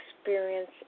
experience